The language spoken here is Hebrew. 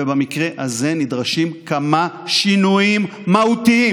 ובמקרה הזה נדרשים כמה שינויים מהותיים.